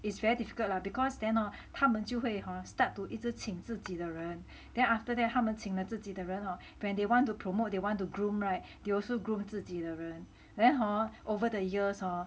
it's very difficult lah because then hor 他们就会 hor start to 一直请自己的人 then after that 他们请了自己的人 or when they want to promote they want to groom [right] they also groom 自己的人 then hor over the years hor